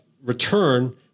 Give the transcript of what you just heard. return